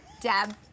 Deb